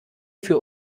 für